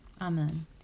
Amen